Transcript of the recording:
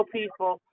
people